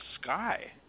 sky